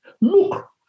Look